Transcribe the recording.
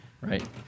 Right